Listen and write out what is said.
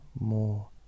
more